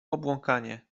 obłąkanie